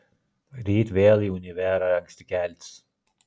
ryt vėl į univerą anksti keltis